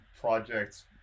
projects